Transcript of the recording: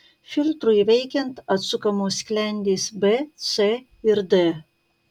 filtrui veikiant atsukamos sklendės b c ir d